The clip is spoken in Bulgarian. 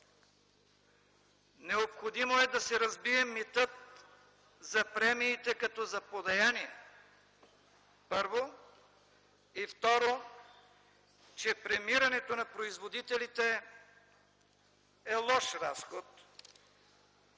Необходимо е да се разбие митът за премиите като за подаяние – първо. Второ, че премирането на производителите е лош разход,